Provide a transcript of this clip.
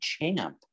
champ